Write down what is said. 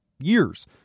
years